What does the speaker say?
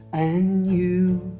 and you,